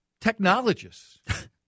technologists